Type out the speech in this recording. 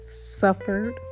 suffered